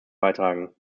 beitragen